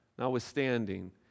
Notwithstanding